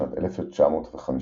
בשנת 1950,